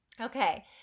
okay